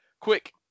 Quick